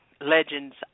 Legend's